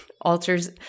alters